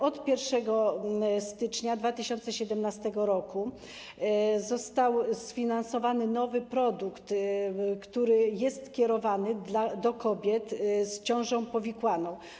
Od 1 stycznia 2017 r. został sfinansowany nowy produkt, który jest kierowany do kobiet z ciążą powikłaną.